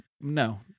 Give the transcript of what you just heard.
No